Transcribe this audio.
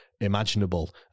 imaginable